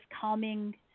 calming